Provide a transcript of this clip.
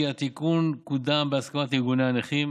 כי התיקון קודם בהסכמת ארגוני הנכים,